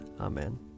Amen